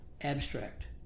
abstract